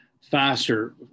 faster